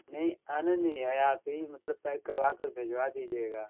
नहीं आना नहीं है आप ही मतलब पैक करवाकर भिजवा दीजिएगा